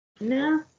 No